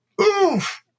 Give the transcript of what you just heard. Oof